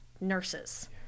nurses